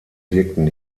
wirkten